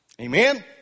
Amen